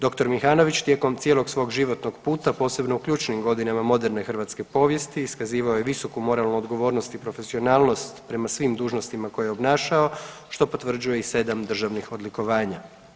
Doktor Mihanović tijekom cijelog svog životnog puta, posebno u ključnim godinama moderne hrvatske povijesti iskazivao je visoku moralnu odgovornost i profesionalnost prema svim dužnostima koje je obnašao, što potvrđuje i 7 državnih odlikovanja.